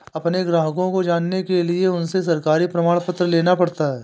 अपने ग्राहक को जानने के लिए उनसे सरकारी प्रमाण पत्र लेना पड़ता है